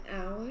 hour